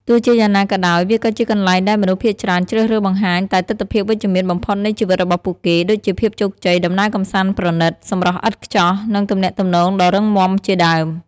ទោះជាយ៉ាងណាក៏ដោយ វាក៏ជាកន្លែងដែលមនុស្សភាគច្រើនជ្រើសរើសបង្ហាញតែទិដ្ឋភាពវិជ្ជមានបំផុតនៃជីវិតរបស់ពួកគេ ដូចជាភាពជោគជ័យ ដំណើរកម្សាន្តប្រណីត សម្រស់ឥតខ្ចោះ និងទំនាក់ទំនងដ៏រឹងមាំជាដើម។